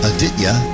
Aditya